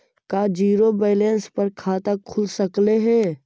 का zero balance पर खाता खुल सकले हे?